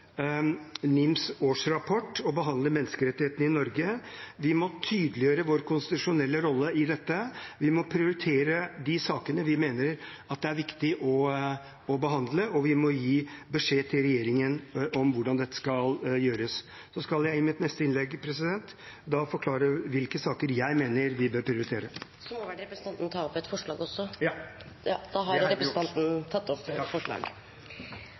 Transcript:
NIMs årsrapport og menneskerettighetene i Norge. Vi må tydeliggjøre vår konstitusjonelle rolle i dette. Vi må prioritere de sakene vi mener det er viktig å behandle, og vi må gi beskjed til regjeringen om hvordan dette skal gjøres. Jeg skal i mitt neste innlegg forklare hvilke saker jeg mener vi bør prioritere, og vil til slutt ta opp SVs forslag til saken. Representanten Petter Eide har tatt opp det